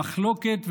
המחלוקת,